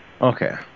Okay